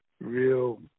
real